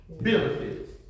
Benefits